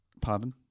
Pardon